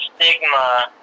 stigma